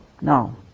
No